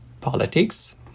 politics